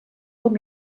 com